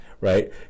right